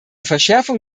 verschärfung